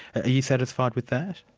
ah you satisfied with that?